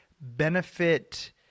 benefit